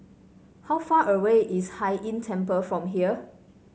how far away is Hai Inn Temple from here